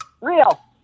real